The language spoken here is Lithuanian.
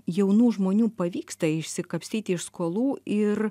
jaunų žmonių pavyksta išsikapstyti iš skolų ir